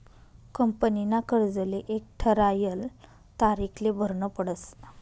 कंपनीना कर्जले एक ठरायल तारीखले भरनं पडस